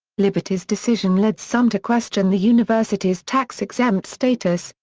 liberty's decision led some to question the university's tax-exempt status,